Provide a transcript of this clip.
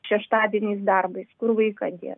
šeštadieniais darbas kur vaiką dėt